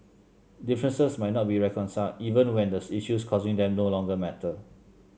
differences might not be reconciled even when the issues causing them no longer matter